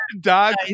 dog